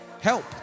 help